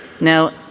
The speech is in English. Now